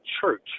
church